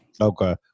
Okay